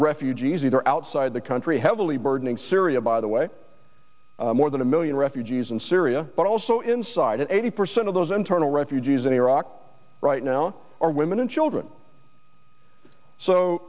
refugees either outside the country heavily burdening syria by the way more than a million refugees and syria but also inside an eighty percent of those internal refugees in iraq right now are women and children so